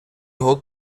його